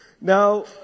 Now